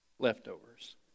Leftovers